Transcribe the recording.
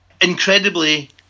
Incredibly